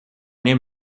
name